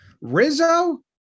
Rizzo